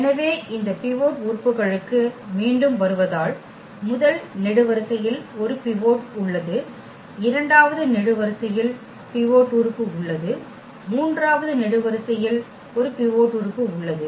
எனவே இந்த பிவோட் உறுப்புகளுக்கு மீண்டும் வருவதால் முதல் நெடுவரிசையில் ஒரு பிவோட் உள்ளது இரண்டாவது நெடுவரிசையில் பிவோட் உறுப்பு உள்ளது மூன்றாவது நெடுவரிசையில் பிவோட் உறுப்பு உள்ளது